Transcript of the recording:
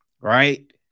Right